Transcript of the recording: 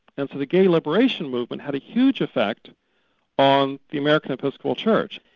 and so the gay liberation movement had a huge effect on the american episcopal church.